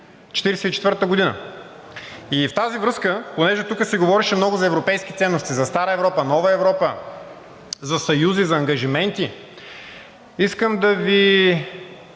1944 г. В тази връзка, понеже тук се говореше много за европейски ценности, за стара Европа, за нова Европа, за съюзи, за ангажименти, искам да Ви